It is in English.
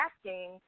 asking